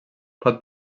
pot